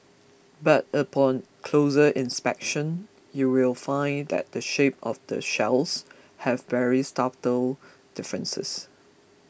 but upon closer inspection you will find that the shape of the shells have very subtle differences